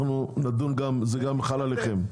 נדון וזה חל גם עליכם.